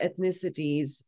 ethnicities